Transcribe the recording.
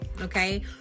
okay